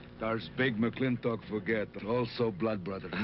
does big mclintock forget, also blood brothers?